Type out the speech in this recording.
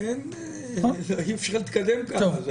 אי אפשר להתקדם ככה.